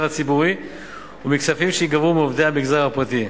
הציבורי וכספים שייגבו מעובדי המגזר הפרטי.